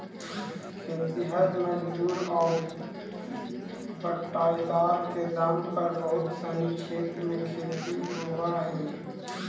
खेतिहर मजदूर आउ बटाईदार के दम पर बहुत सनी क्षेत्र में खेती होवऽ हइ